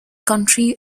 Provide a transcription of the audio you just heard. country